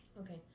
Okay